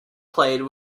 played